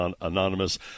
Anonymous